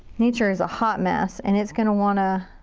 nature is a hot mess, and it is gonna wanna